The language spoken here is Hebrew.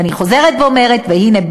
ואני חוזרת ואומרת: הנה,